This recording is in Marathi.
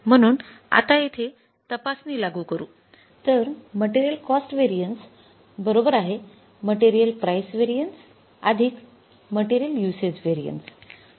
म्हणून आता येथे तपासणी लागू करू तर material cost variance material price व्हेरियन्सच्या मटेरियल युसेज व्हेरिएन्स